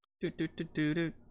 Do-do-do-do-do